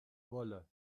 wolle